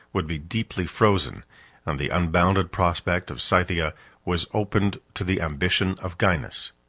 would be deeply frozen and the unbounded prospect of scythia was opened to the ambition of gainas.